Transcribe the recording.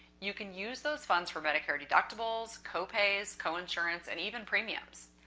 you can use those funds for medicare deductibles, copays, coinsurance, and even premiums.